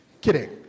Kidding